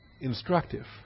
instructive